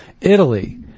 Italy